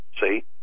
see